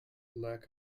lack